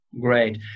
Great